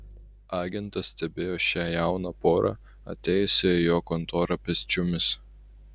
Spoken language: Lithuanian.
agentas stebėjo šią jauną porą atėjusią į jo kontorą pėsčiomis